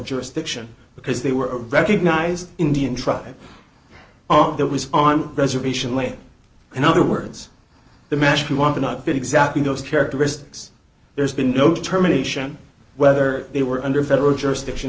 jurisdiction because they were recognized indian tribe on that was on reservation land in other words the mashie wanted not been exactly those characteristics there's been no terminations whether they were under federal jurisdiction